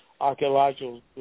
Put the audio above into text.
archaeological